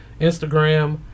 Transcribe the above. Instagram